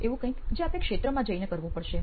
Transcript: એવું કંઇક છે જે આપે ક્ષેત્રમાં જઈને કરવું પડશે